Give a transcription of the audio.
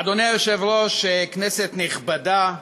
אדוני היושב-ראש, כנסת נכבדה.